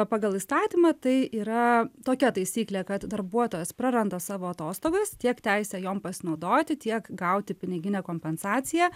pagal įstatymą tai yra tokia taisyklė kad darbuotojas praranda savo atostogas tiek teise jom pasinaudoti tiek gauti piniginę kompensaciją